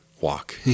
walk